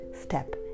step